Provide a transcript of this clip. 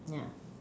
ya